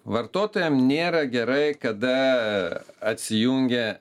vartotojam nėra gerai kada atsijungia